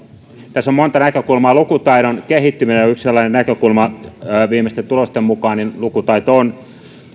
tässä on monta näkökulmaa lukutaidon kehittyminen on yksi sellainen näkökulma viimeisten tulosten mukaan lukutaito on